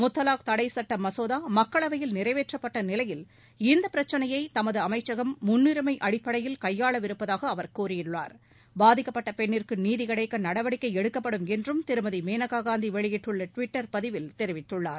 முத்தலாக் தடைச் சுட்ட மசோதா மக்களவையில் நிறைவேற்றப்பட்ட நிலையில் இந்தப் பிரச்சினையை தமது அமைச்சகம் முன்னுரிமை அடிப்படையில் கையாளவிருப்பதாக அவர் கூறியுள்ளார் பாதிக்கப்பட்ட பெண்ணிற்கு நீதி கிடைக்க நடவடிக்கை எடுக்கப்படும் என்றும் திருமதி மேனகா காந்தி வெளியிட்டுள்ள ட்விட்டர் பதிவில் தெரிவித்துள்ளார்